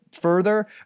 further